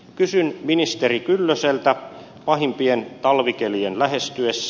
kysyn ministeri kyllöseltä pahimpien talvikelien lähestyessä